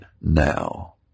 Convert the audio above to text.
now